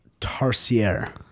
tarsier